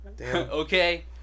Okay